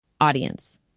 Audience